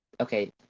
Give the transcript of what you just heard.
okay